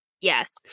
Yes